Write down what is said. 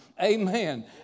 Amen